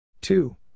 Two